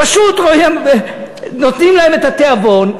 פשוט נותנים להם את התיאבון,